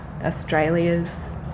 Australia's